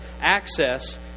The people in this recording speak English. access